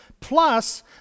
Plus